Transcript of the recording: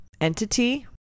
entity